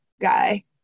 guy